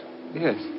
Yes